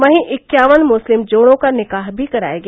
वहीं इक्यावन मुस्लिम जोड़ों का निकाह भी कराया गया